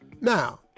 Now